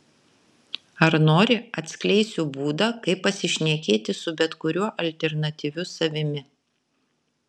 ar nori atskleisiu būdą kaip pasišnekėti su bet kuriuo alternatyviu savimi